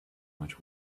much